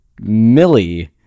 Millie